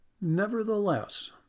Nevertheless